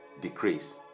decrease